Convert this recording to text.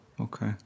Okay